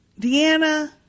Deanna